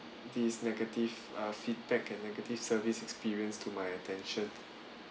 these negative uh feedback and negative service experience to my attention